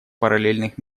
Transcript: параллельных